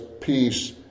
peace